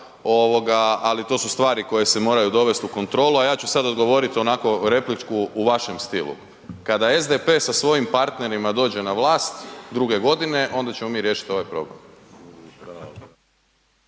ali to su stvari koje se moraju dovesti u kontrolu, a ja ću sada odgovorit onako repliku u vašem stilu. Kada SDP sa svojim partnerima dođe na vlast druge godine onda ćemo mi riješiti ovaj problem.